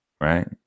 right